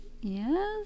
yes